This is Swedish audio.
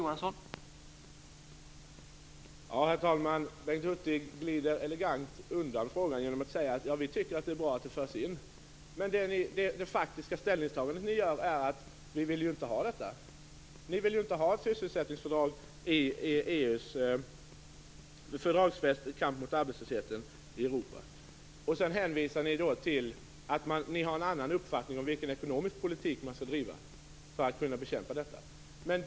Herr talman! Bengt Hurtig glider elegant undan frågan genom att säga att han tycker att det är bra att det förs in. Men ert faktiska ställningstagande är ju att ni inte vill ha detta. Ni vill inte ha kampen mot arbetslösheten i Europa fördragsfäst. Sedan hänvisar ni till att ni har en annan uppfattning om vilken ekonomisk politik man skall driva för att kunna bekämpa arbetslösheten.